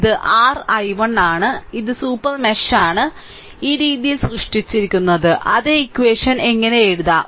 ഇത് r I1 ആണ് ഇത് സൂപ്പർ മെഷ് ആണ് ഈ രീതിയിൽ സൃഷ്ടിച്ചിരിക്കുന്നത് അതേ ഇക്വഷൻ എങ്ങനെ എഴുതാം